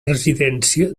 residència